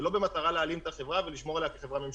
ולא במטרה להלאים את החברה ולשמור עליה כחברה ממשלתית.